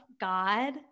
God